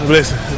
listen